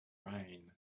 rain